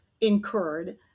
incurred